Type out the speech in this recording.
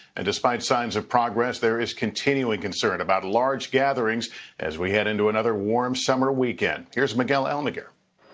and despite signs of progress there is continuing concern about large gatherings as we head into another warm summer weekend. here's miguel almaguer.